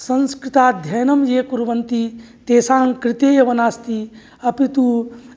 संस्कृताध्ययनं ये कुर्वन्ति तेषाङ्कृते एव नास्ति अपितु